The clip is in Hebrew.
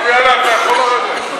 טוב, יאללה, אתה יכול לרדת.